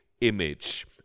image